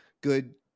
good